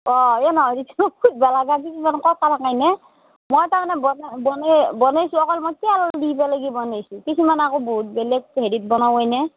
অঁ এই খুদ নাই নে মই তাৰমানে বনাই বনাই বনাইছোঁ অকল মই তেল দি পেলাই কি বনাইছোঁ কেইদিনমান আগত বহুত বেলেগ হেৰিত বনাওঁ মই এনেই